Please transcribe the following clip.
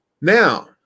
Now